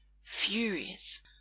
furious